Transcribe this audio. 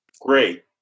Great